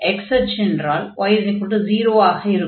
x அச்சு என்றால் y0 ஆக இருக்கும்